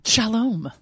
Shalom